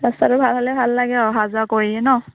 ৰাস্তাটো ভাল হ'লে ভাল লাগে অহা যোৱা কৰি ন